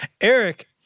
Eric